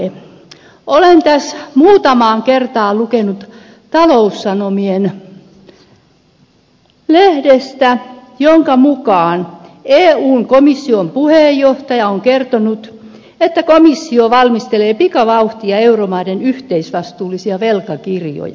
olen tässä muutamaan kertaan lukenut taloussanomia jonka mukaan eun komission puheenjohtaja on kertonut että komissio valmistelee pikavauhtia euromaiden yhteisvastuullisia velkakirjoja